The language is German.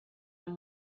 mehr